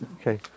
Okay